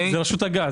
זה רשות הגז.